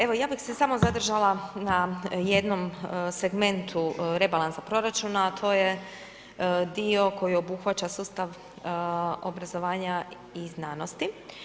Evo ja bih se samo zadržala na jednom segmentu rebalansa proračuna, a to je dio koji obuhvaća sustav obrazovanja i znanosti.